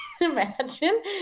imagine